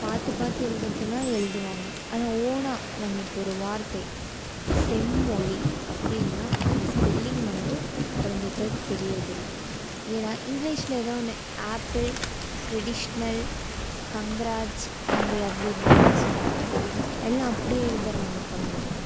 பார்த்து பார்த்து எழுதுறதுனா எழுதுவாங்க அது ஓனாக நம்ம இப்போ ஒரு வார்த்தை செம்மொழி அப்படின்னா அந்த ஸ்பெல்லிங் வந்து குழந்தைகளுக்கு தெரியறதில்லை ஏன்னால் இங்கிலீஷ்ஷில் ஏதோ ஒன்று ஆப்பிள் ட்ரெடிஷ்னல் கங்ராஜ் அங்கே அப்படி இப்படிலாம் சொன்னால் எல்லாம் அப்படியே எழுதுகிறாங்க குழந்தைங்க